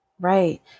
right